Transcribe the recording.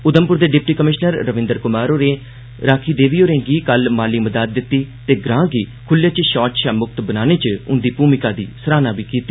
उधमपुर दे deputy commissioner Ravindra Kumar होरें राखी देवी होरें गी कल माली मदाद दित्ती ते ग्रांऽ गी खुल्ले च शौच शा मुक्त बनाने च उंदी भूमिका दी सराहना बी कीती